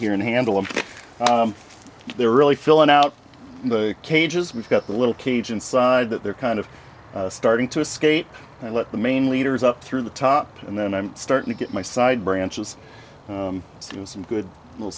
here and handle them they're really filling out the cages we've got the little cage inside that they're kind of starting to escape and let the main leaders up through the top and then i'm starting to get my side branches to some good